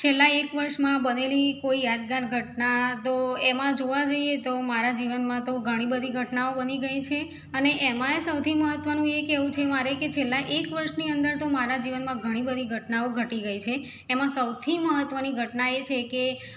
છેલ્લાં એક વર્ષમાં બનેલી કોઈ યાદગાર ઘટના તો એમાં જોવા જઈએ તો મારા જીવનમાં તો ઘણીબધી ઘટનાઓ બની ગઈ છે અને એમાંય સૌથી મહત્ત્વનું એ કહેવું છે મારે કે છેલ્લાં એક વર્ષની અંદર તો મારા જીવનમાં ઘણી બધી ઘટનાઓ ઘટી ગઈ છે એમાં સૌથી મહત્ત્વની ઘટના એ છે કે